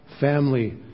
family